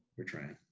we're trying.